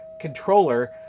controller